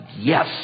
yes